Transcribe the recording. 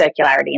circularity